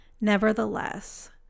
nevertheless